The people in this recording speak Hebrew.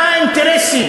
מה האינטרסים,